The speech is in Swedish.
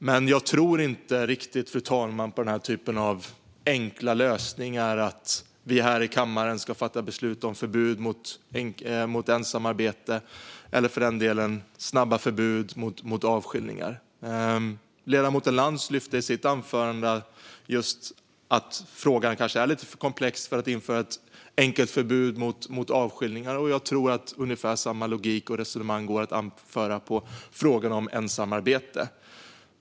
Men jag tror inte riktigt, fru talman, på den här typen av enkla lösningar - att vi här i kammaren ska fatta beslut om förbud mot ensamarbete eller för den delen snabba förbud mot avskiljningar. Ledamoten Lantz lyfte i sitt huvudanförande fram att frågan om avskiljningar kanske är lite för komplex för att man skulle införa ett enkelt förbud. Jag tror att ungefär samma logik och resonemang går att anföra i frågorna om ensamarbete.